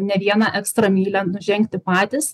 ne vieną ekstra mylią nužengti patys